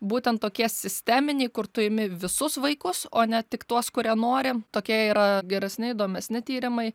būtent tokie sisteminiai kur tu imi visus vaikus o ne tik tuos kurie nori tokie yra geresni įdomesni tyrimai